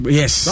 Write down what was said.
yes